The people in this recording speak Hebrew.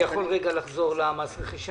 אני יכול לחזור למס רכישה?